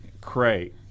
Cray